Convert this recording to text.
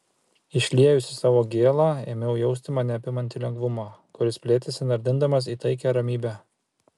išliejusi savo gėlą ėmiau justi mane apimantį lengvumą kuris plėtėsi nardindamas į taikią ramybę